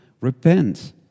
Repent